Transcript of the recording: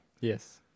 Yes